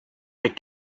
like